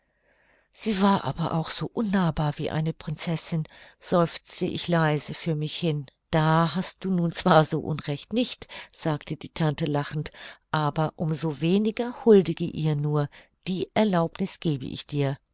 sie war aber auch so unnahbar wie eine prinzessin seufzte ich leise für mich hin da hast du nun zwar so unrecht nicht sagte die tante lachend aber um so weniger huldige ihr nur die erlaubniß gebe ich dir